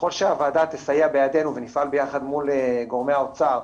וככל שהוועדה תסייע בידינו ונפעל ביחד מול גורמי האוצר,